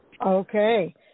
okay